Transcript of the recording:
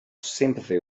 sympathy